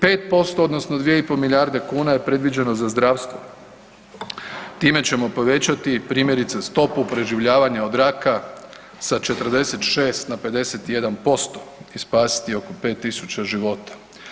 5% odnosno 2,5 milijarde kuna je predviđeno za zdravstvo, time ćemo povećati primjerice stopu preživljavanja od raka sa 46 na 51% i spasiti oko 5.000 života.